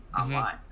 online